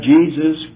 Jesus